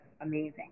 amazing